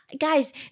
Guys